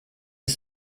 ist